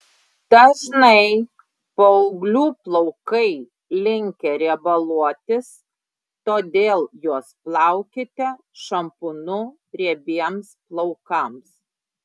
dažnai paauglių plaukai linkę riebaluotis todėl juos plaukite šampūnu riebiems plaukams